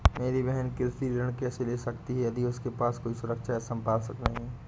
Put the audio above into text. मेरी बहिन कृषि ऋण कैसे ले सकती है यदि उसके पास कोई सुरक्षा या संपार्श्विक नहीं है?